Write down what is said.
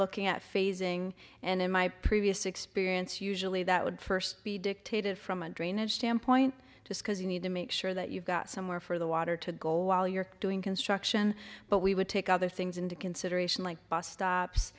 looking at phasing and in my previous experience usually that would first be dictated from a drainage standpoint just because you need to make sure that you've got somewhere for the water to go while you're doing construction but we would take other things into consideration like b